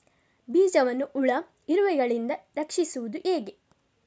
ಬೀಜವನ್ನು ಹುಳ, ಇರುವೆಗಳಿಂದ ರಕ್ಷಿಸುವುದು ಹೇಗೆ?